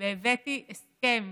והבאתי הסכם